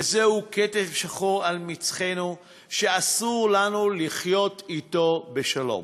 וזהו כתם שחור על מצחנו שאסור לנו לחיות אתו בשלום.